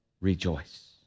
rejoice